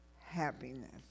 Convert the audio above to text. happiness